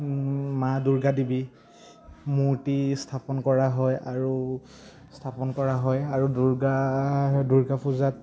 মা দুৰ্গা দেৱী মূৰ্তি স্থাপন কৰা হয় আৰু স্থাপন কৰা হয় আৰু দুৰ্গা দুৰ্গা পূজাত